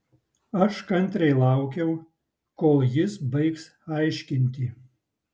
aš kantriai laukiau kol jis baigs aiškinti